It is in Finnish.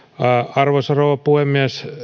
arvoisa rouva puhemies